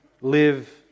live